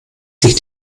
sich